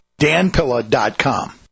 danpilla.com